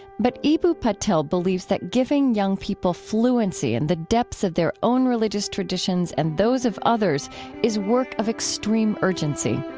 but eboo patel believes that giving young people fluency in the depths of their own religious traditions and those of others is work of extreme urgency